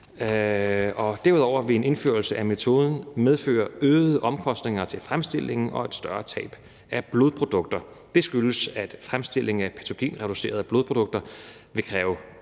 Derudover vil en indførelse af metoden medføre øgede omkostninger til fremstillingen og et større tab af blodprodukter. Det skyldes, at der til fremstillingen af patogenreducerede blodprodukter skal være